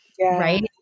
Right